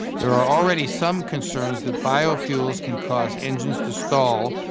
there are already some concerns that biofuels can cause engines to stall,